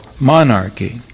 monarchy